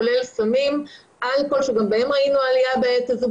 כולל סמים ואלכוהול שגם בהם ראינו עלייה בעת הזו,